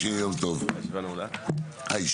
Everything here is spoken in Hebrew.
שיהיה יום טוב, הישיבה נעולה, כמובן.